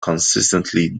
consistently